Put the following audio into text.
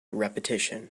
repetition